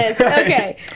Okay